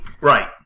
Right